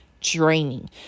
draining